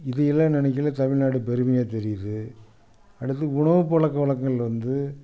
இதை எல்லாம் நெனைக்கையில தமிழ்நாடு பெருமையாக தெரியுது அடுத்து உணவு பழக்கவழக்கங்கள் வந்து